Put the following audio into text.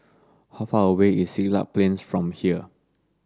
how far away is Siglap Plain from here